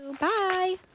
Bye